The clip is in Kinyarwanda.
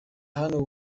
hano